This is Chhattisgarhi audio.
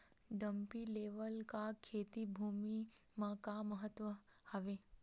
डंपी लेवल का खेती भुमि म का महत्व हावे?